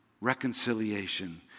reconciliation